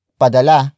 padala